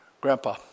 grandpa